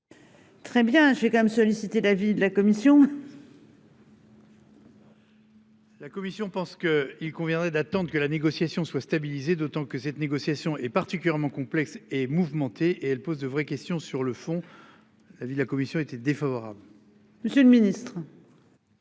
Très bien, j'ai quand même solliciter l'avis de la commission. La Commission pense qu'il conviendrait d'attente que la négociation soit stabilisé, d'autant que cette négociation est particulièrement complexe et mouvementée et elle pose de vraies questions sur le fond. La vie la commission était défavorable. Monsieur le Ministre.